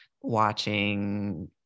watching